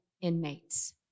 inmates